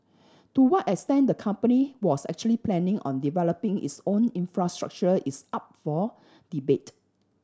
to what extent the company was actually planning on developing its own infrastructure is up for debate